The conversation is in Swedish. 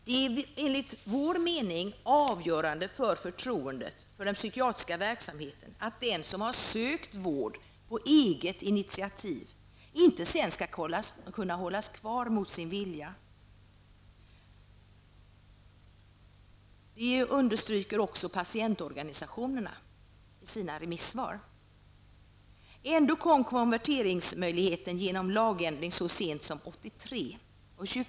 Det är enligt vår mening avgörande för förtroendet för den psykiatriska verksamheten att den som har sökt vård på eget initiativ inte sedan skall kunna hållas kvar mot sin vilja. Det underströk också patientorganisationerna i sina remissvar.